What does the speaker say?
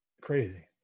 Crazy